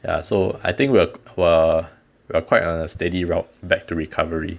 ya so I think we'll we are quite on a steady route back to recovery